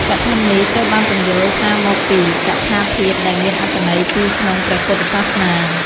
កឋិននេះត្រូវបានពន្យល់ថាមកពី កថាធាតុដែលមានអត្ថន័យពីរក្នុងព្រះពុទ្ធសាសនា។